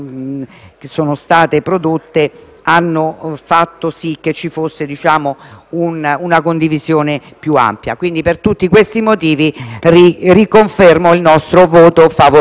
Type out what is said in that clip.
hanno fatto sì che ci fosse una condivisione più ampia. Per tutti questi motivi riconfermo il nostro voto favorevole.